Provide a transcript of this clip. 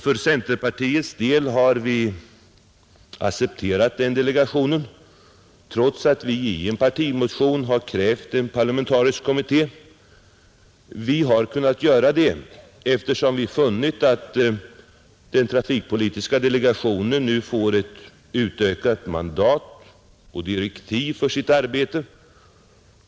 För centerpartiets del har vi accepterat den trafikpolidska delegationen, trots att vi i en partimotion krävt en parlamentarisk kommitté. Vi har kunnat göra detta, eftersom vi funnit att den trafikpolitiska delegationen nu får ett utökat mandat och direktiv för sitt arbete.